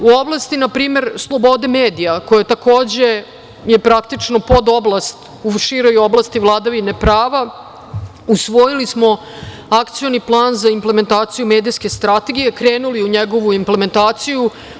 U oblasti, na primer, slobode medija koja je takođe, praktično, podoblast u široj oblasti vladavine prava, usvojili smo Akcioni plan za implementaciju medijske strategije, krenuli u njegovu implementaciju.